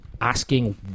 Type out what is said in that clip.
asking